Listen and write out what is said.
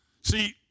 See